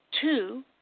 Two